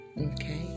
Okay